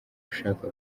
ushaka